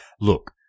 look